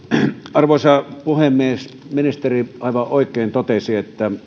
arvoisa puhemies ministeri aivan oikein totesi että